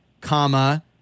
comma